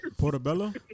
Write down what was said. Portobello